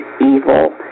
evil